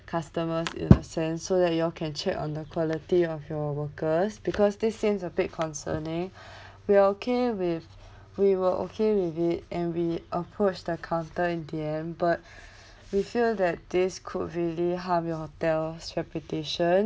customers in a sense so that you all can check on the quality of your workers because this seems a bit concerning we were okay with we were okay with it and we approached the counter in the end but we feel that this could really help your hotel's reputation